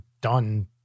done